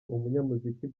umunyamuziki